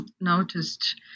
noticed